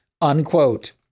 unquote